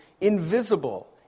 invisible